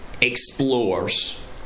explores